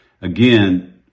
Again